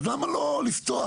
אז למה לא לפתוח?